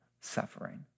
suffering